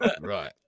Right